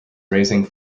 raising